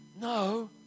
no